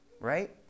right